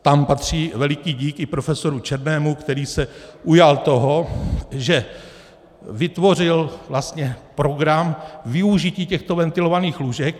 Tam patří veliký díky i profesoru Černému, který se ujal toho, že vytvořil vlastně program využití těchto ventilovaných lůžek.